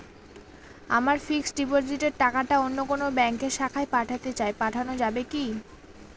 আমার ফিক্সট ডিপোজিটের টাকাটা অন্য কোন ব্যঙ্কের শাখায় পাঠাতে চাই পাঠানো যাবে কি?